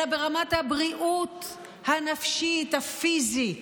אלא ברמת הבריאות הנפשית, הפיזית,